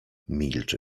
milczy